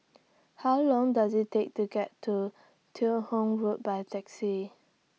How Long Does IT Take to get to Teo Hong Road By Taxi